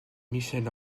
michel